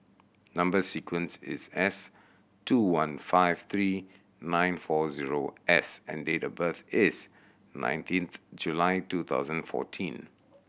number sequence is S two one five three nine four zero S and date of birth is nineteenth July two thousand fourteen